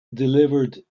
delivered